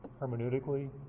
hermeneutically